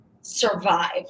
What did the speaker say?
survive